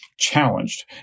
challenged